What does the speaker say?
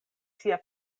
sia